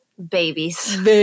babies